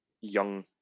young